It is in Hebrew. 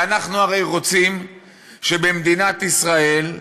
ואנחנו הרי רוצים שבמדינת ישראל,